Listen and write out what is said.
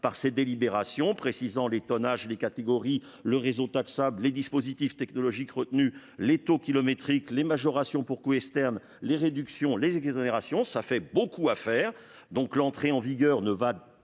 de ses délibérations précisant les tonnages, les catégories, le réseau taxable, les dispositifs technologiques retenus, les taux kilométriques, les majorations pour coûts externes, les réductions, les exonérations ... Il reste ainsi beaucoup à accomplir. L'entrée en vigueur ne sera pas